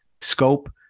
scope